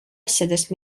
asjadest